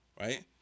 right